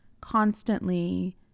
constantly